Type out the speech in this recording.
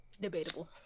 debatable